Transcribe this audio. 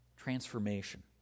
transformation